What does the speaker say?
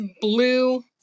blue